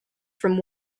from